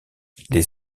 les